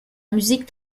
musique